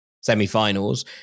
semi-finals